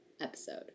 episode